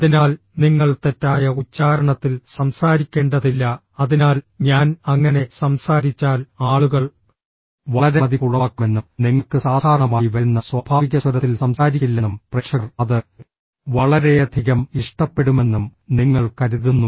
അതിനാൽ നിങ്ങൾ തെറ്റായ ഉച്ചാരണത്തിൽ സംസാരിക്കേണ്ടതില്ല അതിനാൽ ഞാൻ അങ്ങനെ സംസാരിച്ചാൽ ആളുകൾ വളരെ മതിപ്പുളവാക്കുമെന്നും നിങ്ങൾക്ക് സാധാരണമായി വരുന്ന സ്വാഭാവിക സ്വരത്തിൽ സംസാരിക്കില്ലെന്നും പ്രേക്ഷകർ അത് വളരെയധികം ഇഷ്ടപ്പെടുമെന്നും നിങ്ങൾ കരുതുന്നു